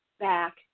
back